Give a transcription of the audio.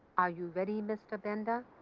are you ready, mr. binder?